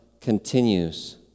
continues